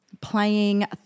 playing